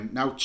Now